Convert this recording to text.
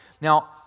Now